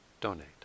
donate